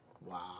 Wow